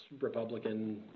Republican